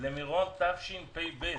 למירון תשפ"ב.